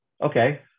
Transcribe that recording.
okay